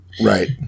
right